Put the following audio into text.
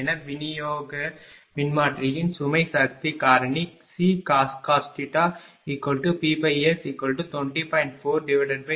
எனவே விநியோக மின்மாற்றியின் சுமை சக்தி காரணி ccos PS20